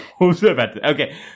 Okay